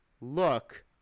look